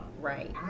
right